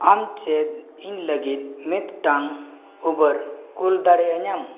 ᱟᱢ ᱪᱮᱫ ᱤᱧ ᱞᱟᱹᱜᱤᱫ ᱢᱤᱫᱴᱟᱝ ᱩᱵᱟᱨ ᱠᱩᱞ ᱫᱟᱲᱮᱭᱟᱹᱧᱟᱹᱢ